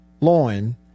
loin